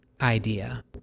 idea